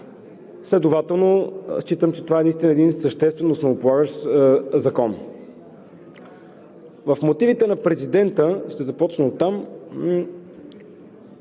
Следователно считам, че това наистина е един съществен, основополагащ закон. Мотивите на президента – ще започна оттам,